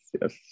Yes